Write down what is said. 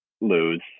Lose